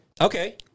Okay